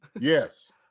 Yes